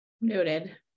noted